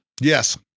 yes